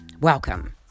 Welcome